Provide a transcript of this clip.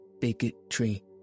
bigotry